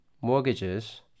mortgages